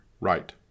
right